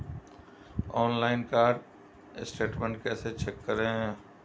Online card statement कैसे check करें?